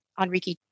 Enrique